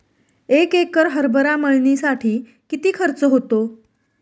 एक एकर हरभरा मळणीसाठी किती खर्च होतो?